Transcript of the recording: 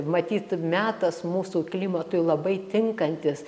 matyt metas mūsų klimatui labai tinkantis